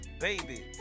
baby